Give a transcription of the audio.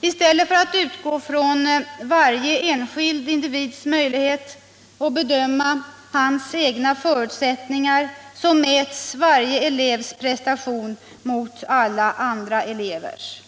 I stället för att utgå från varje enskild individs möjlighet och bedöma hans egna förutsättningar så mäts varje elevs prestation mot alla andra elevers.